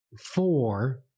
four